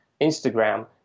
Instagram